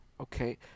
Okay